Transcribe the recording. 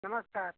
नमस्कार